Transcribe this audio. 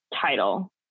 title